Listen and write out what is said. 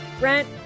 rent